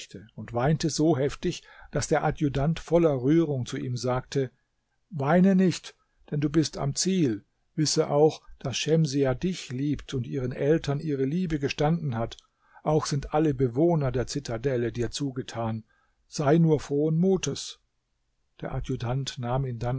und weinte so heftig daß der adjutant voller rührung zu ihm sagte weine nicht denn du bist am ziel wisse auch daß schemsiah dich liebt und ihren eltern ihre liebe gestanden hat auch sind alle bewohner der zitadelle dir zugetan sei nur frohen mutes der adjutant nahm ihn dann